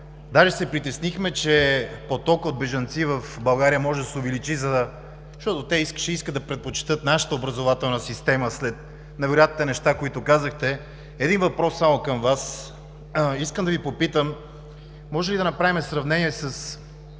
Даже се притеснихме, че потокът от бежанци в България може да се увеличи, защото те ще предпочетат нашата образователна система след невероятните неща, които казахте. Един въпрос към Вас: може ли да направим сравнение на